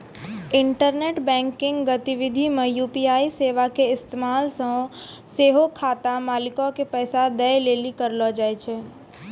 internet banking गतिविधि मे UPI सेबा के इस्तेमाल सेहो खाता मालिको के पैसा दै लेली करलो जाय छै